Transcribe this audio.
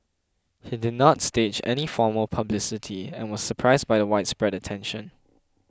he did not stage any formal publicity and was surprised by the widespread attention